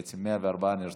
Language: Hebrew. בעצם 104 נרצחים.